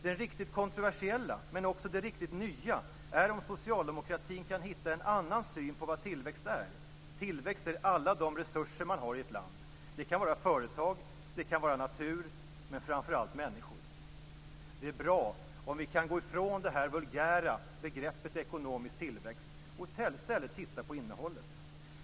Det riktigt kontroversiella, men också det riktigt nya, är om socialdemokratin kan hitta en annan syn på vad tillväxt är -. Tillväxt är alla de resurser man har i ett land. Det kan vara företag, det kan vara naturen, men framför allt människor." Det är bra om vi kan gå ifrån det vulgära begreppet ekonomisk tillväxt och i stället titta på innehållet.